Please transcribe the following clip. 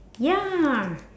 ya